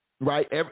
right